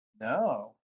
No